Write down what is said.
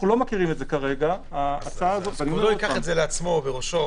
כבודו ייקח על ראשו